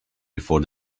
before